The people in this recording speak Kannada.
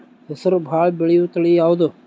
ಹೆಸರು ಭಾಳ ಬೆಳೆಯುವತಳಿ ಯಾವದು?